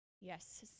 yes